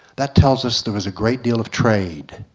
that tells us there was a great deal of trade.